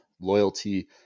loyalty